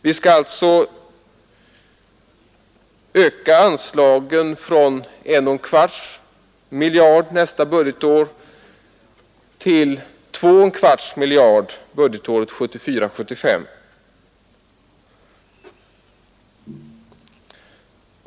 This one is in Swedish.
Vi skall alltså öka anslagen från 1 1 4 miljard budgetåret 1974/75.